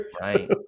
right